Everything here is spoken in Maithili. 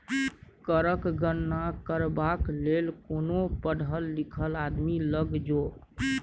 कर गणना करबाक लेल कोनो पढ़ल लिखल आदमी लग जो